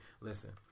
listen